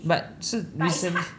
but 是 recently